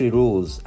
rules